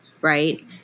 right